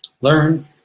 Learn